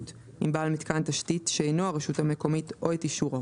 עם בעל מתקן תשתית שאינו הרשות המקומית או את אישורו.